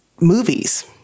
movies